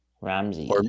Ramsey